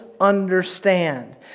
understand